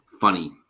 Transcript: funny